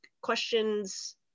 questions